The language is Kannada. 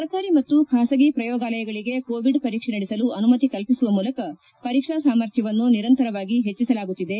ಸರ್ಕಾರಿ ಮತ್ತು ಖಾಸಗಿ ಪ್ರಯೋಗಾಲಯಗಳಿಗೆ ಕೋವಿಡ್ ಪರೀಕ್ಷೆ ನಡೆಸಲು ಅನುಮತಿ ಕಲ್ಪಿಸುವ ಮೂಲಕ ಪರೀಕ್ಷಾ ಸಾಮರ್ಥ್ಯವನ್ನು ನಿರಂತರವಾಗಿ ಹೆಚ್ಚಿಸಲಾಗುತ್ತಿದೆ